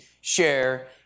share